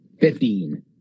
Fifteen